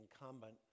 incumbent